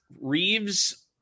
Reeves